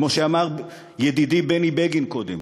כמו שאמר ידידי בני בגין קודם,